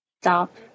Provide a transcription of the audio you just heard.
stop